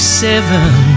seven